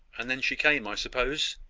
and then she came, i suppose.